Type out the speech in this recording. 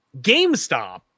GameStop